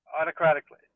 autocratically